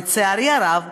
לצערי הרב,